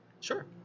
Sure